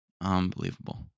Unbelievable